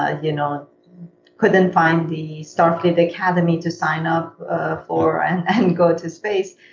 ah you know couldn't find the star kid academy to sign up for and go to space.